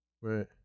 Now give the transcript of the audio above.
right